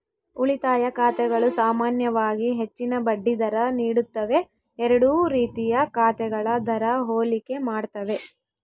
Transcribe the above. ಉಳಿತಾಯ ಖಾತೆಗಳು ಸಾಮಾನ್ಯವಾಗಿ ಹೆಚ್ಚಿನ ಬಡ್ಡಿ ದರ ನೀಡುತ್ತವೆ ಎರಡೂ ರೀತಿಯ ಖಾತೆಗಳ ದರ ಹೋಲಿಕೆ ಮಾಡ್ತವೆ